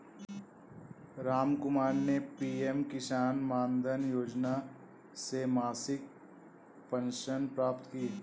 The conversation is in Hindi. रामकुमार ने पी.एम किसान मानधन योजना से मासिक पेंशन प्राप्त की